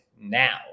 now